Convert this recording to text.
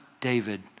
David